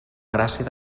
gràcia